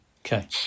Okay